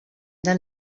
del